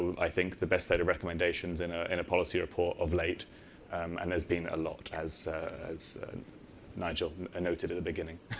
i think think the best set of recommendations in ah in a policy report of late and there's been a lot, as as nigel ah noted at the beginning.